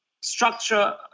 structure